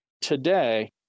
today